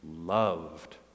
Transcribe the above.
loved